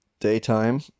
daytime